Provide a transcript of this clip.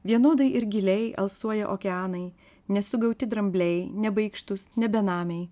vienodai ir giliai alsuoja okeanai nesugauti drambliai nebaikštūs ne benamiai